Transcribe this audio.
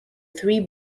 three